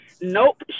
Nope